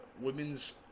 women's